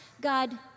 God